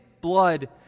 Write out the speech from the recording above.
blood